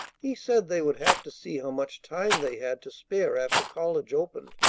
he said they would have to see how much time they had to spare after college opened.